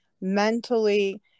mentally